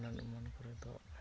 ᱵᱷᱟᱸᱰᱟᱱ ᱮᱢᱟᱱ ᱠᱚᱨᱮ ᱫᱚ